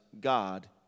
God